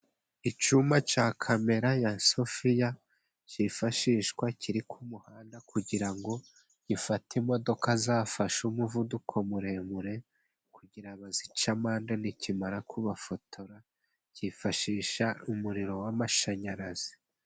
Icyuma cya kamera ya sofiya cyifashishwa, kiri ku muhanda kugira ngo gifate imodoka zafashe umuvuduko muremure, kugira ngo bazice amanda nikimara kubafotora. Cyifashisha umuriro w'amashanyarazi.